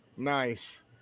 Nice